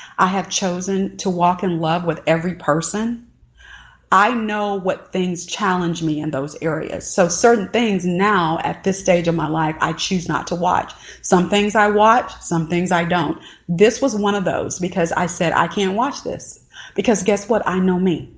i have chosen to walk in love with every person i know what things challenge me in and those areas. so certain things now at this stage of my life i choose not to watch some things i watch some things i don't this was one of those because i said i can't watch this because guess what? i know me.